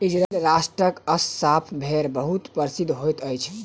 Israel राष्ट्रक Assaf भेड़ बहुत प्रसिद्ध होइत अछि